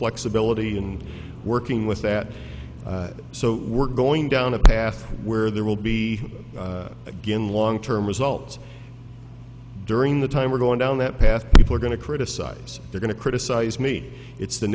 flexibility in working with that so we're going down a path where there will be again long term results during the time we're going down that path people are going to criticize the going to criticise me it's the